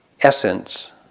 essence